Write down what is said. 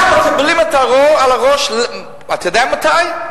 אנחנו מקבלים על הראש, אתה יודע מתי?